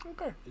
Okay